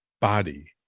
body